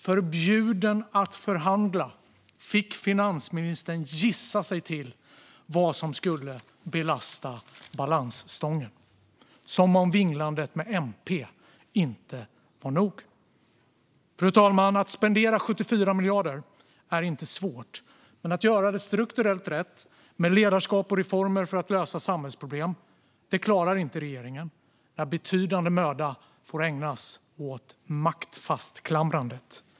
Förbjuden att förhandla fick finansministern gissa sig till vad som skulle belasta balansstången, som om vinglandet med MP inte var nog. Fru talman! Att spendera 74 miljarder är inte svårt. Men att göra det strukturellt rätt, med ledarskap och reformer för att lösa samhällsproblem, klarar regeringen inte när betydande möda får läggas på maktfastklamrandet.